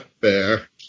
Fair